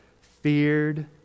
feared